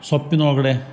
ಸೊಪ್ಪಿನೊಳಗಡೆ